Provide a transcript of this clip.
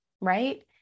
right